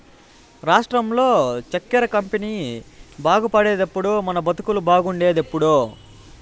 రాష్ట్రంలో చక్కెర కంపెనీ బాగుపడేదెప్పుడో మన బతుకులు బాగుండేదెప్పుడో